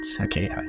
Okay